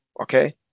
Okay